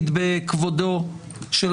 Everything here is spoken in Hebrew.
התבלבלתם?